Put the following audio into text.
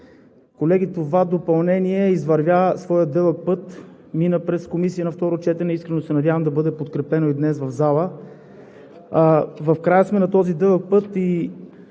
Колеги, това допълнение извървя своя дълъг път, мина през Комисията на второ четене, искрено се надявам да бъде подкрепено и днес в залата. В края сме на този дълъг път и